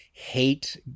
hate